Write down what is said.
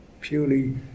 purely